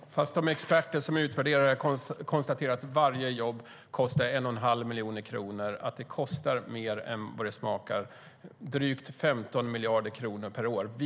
Herr talman! De experter som utvärderar detta konstaterar att varje jobb kostar 1 1⁄2 miljon kronor. Det kostar mer än det smakar, drygt 15 miljarder per år.